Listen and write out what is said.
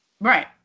Right